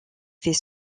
fait